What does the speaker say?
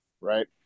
Right